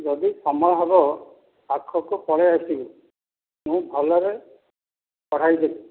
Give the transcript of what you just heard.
ଯଦି ସମୟ ହେବ ପାଖକୁ ପଳାଇ ଆସିବୁ ମୁଁ ଭଲରେ ପଢ଼ାଇ ଦେବି